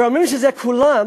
ואומרים שזה כולם,